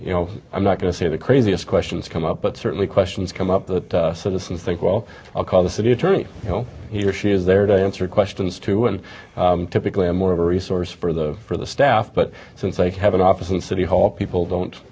you know i'm not going to say the craziest questions come up but certainly questions come up that citizens think well i'll call the city attorney you know he or she is there to answer questions too and typically i'm more of a resource for the for the staff but since they have an office in city hall people don't